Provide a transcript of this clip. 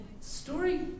Story